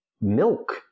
milk